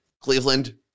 Cleveland